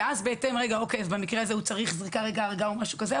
להגיד: במקרה הזה הוא צריך זריקת הרגעה או משהו כזה,